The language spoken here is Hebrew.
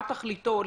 מה תכליתו,